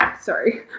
sorry